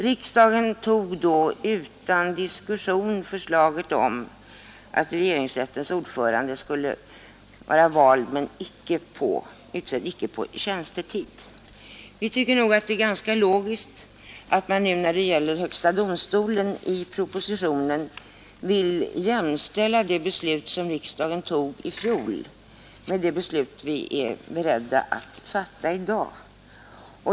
Riksdagen tog då utan diskussion förslaget om att regeringsrättens ordförande skulle vara vald men icke utsedd på tjänstetid. Vi finner det ganska logiskt att man när det gäller högsta domstolen i propositionen vill jämställa det beslut som riksdagen tog i fjol med det beslut vi är beredda att fatta i dag.